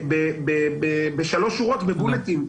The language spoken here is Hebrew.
בשלוש שורות, בבולטים.